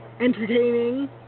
entertaining